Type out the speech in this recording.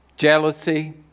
Jealousy